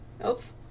else